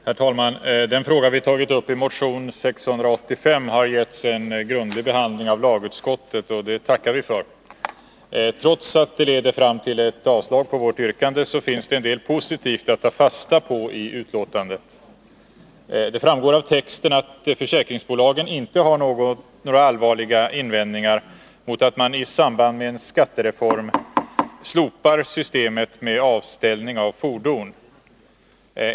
Herr talman! Den fråga vi har tagit upp i motion 685 har getts en grundlig behandling av lagutskottet — och det tackar vi för. Trots att den leder fram till ett avstyrkande av vårt yrkande, finns det en del positivt att ta fasta på i betänkandet. Det framgår av texten att försäkringsbolagen inte har några allvarliga invändningar mot att man i samband med en skattereform slopar systemet med avställning av fordon.